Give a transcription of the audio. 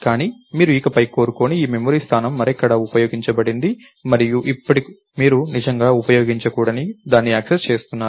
కానీ మీరు ఇకపై కోరుకోని ఈ మెమరీ స్థానం మరెక్కడా ఉపయోగించబడింది మరియు ఇప్పుడు మీరు నిజంగా ఉపయోగించకూడని దాన్ని యాక్సెస్ చేస్తున్నారు